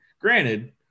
Granted